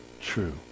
true